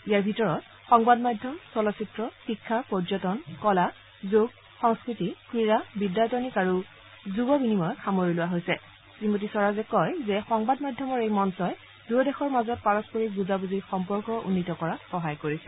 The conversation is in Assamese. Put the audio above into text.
ইয়াৰ ভিতৰত সংবাদমাধ্যম চলচ্চিত্ৰ শিক্ষা পৰ্যটন কলা যোগ সংস্কৃতি ক্ৰীড়া বিদ্যায়তনিক আৰু যুৱ বিনিময়ক সামৰি সংবাদ মাধ্যমৰ এই মঞ্চই দুয়োদেশৰ মাজত পাৰস্পৰিক বুজাবুজিৰ সম্পৰ্ক উন্নীত কৰাত সহায় কৰিছে